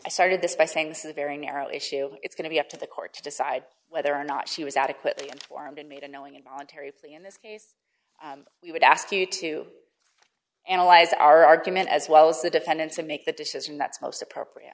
i started this by saying this is a very narrow issue it's going to be up to the court to decide whether or not she was adequately formed and made a knowing involuntary plea in this case we would ask you to analyze our argument as well as the defendants and make the decision that's most appropriate